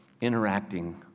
interacting